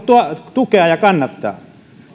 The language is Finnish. tukea ja kannattaa